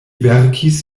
verkis